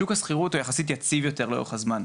שוק השכירות הוא יחסית יציב יותר לאורך הזמן,